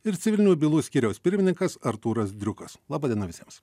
ir civilinių bylų skyriaus pirmininkas artūras driukas laba diena visiems